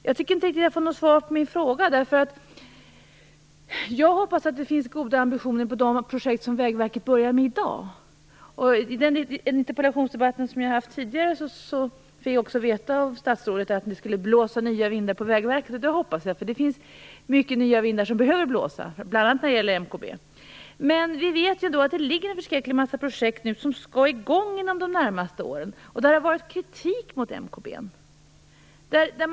Jag tycker inte riktigt att jag får något svar på min fråga. Jag hoppas att det finns goda ambitioner i de projekt som Vägverket börjar med i dag. I en interpellationsdebatt som jag har varit med i tidigare fick jag veta av statsrådet att nya vindar skulle blåsa över Vägverket. Det hoppas jag. Det behöver blåsa många nya vindar, bl.a. när det gäller MKB. Vi vet ju att det finns en förskräcklig massa projekt som skall sättas i gång under de närmaste åren där det har förekommit kritik mot MKB:n.